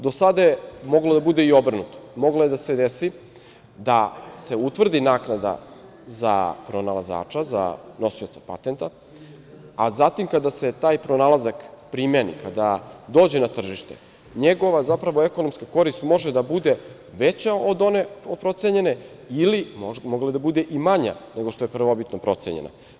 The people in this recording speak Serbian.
Do sada je moglo da bude i obrnuto, moglo je da se desi da se utvrdi naknada za pronalazača, za nosioca patenta, a zatim kada se taj pronalazak primeni, kada dođe na tržište, njegova ekonomska korist može da bude veća od one procenjene ili može da bude i manja nego što je prvobitno procenjeno.